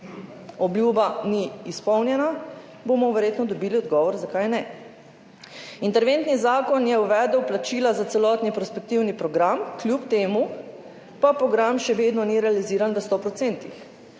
obljuba ni izpolnjena, verjetno bomo dobili odgovor, zakaj ne. Interventni zakon je uvedel plačila za celotni perspektivni program, kljub temu pa program še vedno ni realiziran v